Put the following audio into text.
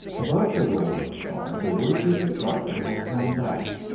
above the roar of the car the words of the driver were flung back.